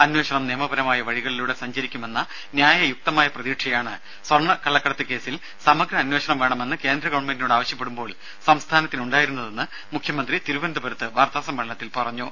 അന്വേഷണം നിയമപരമായ വഴികളിലൂടെ സഞ്ചരിക്കുമെന്ന ന്യായയുക്തമായ പ്രതീക്ഷയാണ് സ്വർണ്ണക്കള്ളക്കടത്ത് കേസിൽ സമഗ്ര അന്വേഷണം വേണമെന്ന് കേന്ദ്ര ഗവൺമെന്റിനോട് ആവശ്യപ്പെടുമ്പോൾ സംസ്ഥാനത്തിന് ഉണ്ടായിരുന്നതെന്ന് മുഖ്യമന്ത്രി തിരുവനന്തപുരത്ത് വാർത്താ സമ്മേളനത്തിൽ പറഞ്ഞു